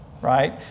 right